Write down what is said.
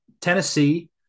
Tennessee